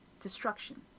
destruction